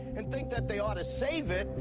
and think that they ought to save it.